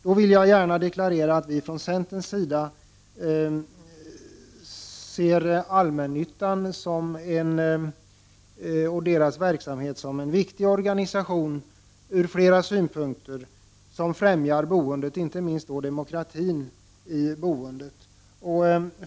Jag vill gärna deklarera att vi från centern ser allmännyttan med dess verksamhet som en viktig organisation ur flera synpunkter när det gäller främjandet av boendet, inte minst demokratin i boendet.